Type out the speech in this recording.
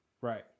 Right